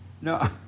No